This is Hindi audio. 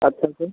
अच्छा सर